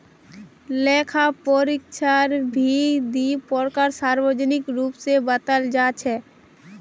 लेखा परीक्षकेरो भी दी प्रकार सार्वजनिक रूप स बताल जा छेक